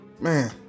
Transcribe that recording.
man